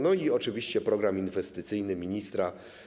No i oczywiście program inwestycyjny ministra.